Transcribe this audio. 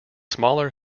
smaller